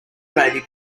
baby